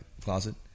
closet